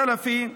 זלפה,